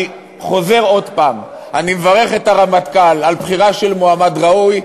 אני חוזר עוד פעם: אני מברך את הרמטכ"ל על בחירה של מועמד ראוי.